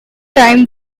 time